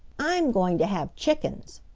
i'm going to have chickens,